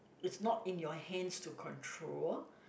it's not in your hands to control